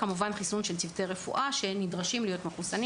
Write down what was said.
יש חיסון גם לצוותי הרפואה שנדרשים להיות מחוסנים